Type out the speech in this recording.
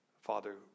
Father